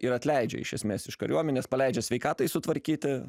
ir atleidžia iš esmės iš kariuomenės paleidžia sveikatai sutvarkyti